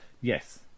yes